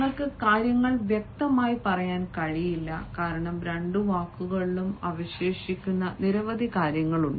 നിങ്ങൾക്ക് കാര്യങ്ങൾ വ്യക്തമായി പറയാൻ കഴിയില്ല കാരണം രണ്ട് വാക്കുകളിലും അവശേഷിക്കുന്ന നിരവധി കാര്യങ്ങളുണ്ട്